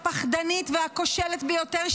הפחדנית והכושלת ביותר,